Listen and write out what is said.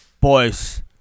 Boys